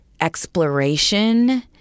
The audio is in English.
exploration